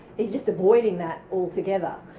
he's just avoiding that altogether.